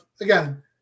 again